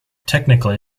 technically